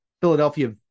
Philadelphia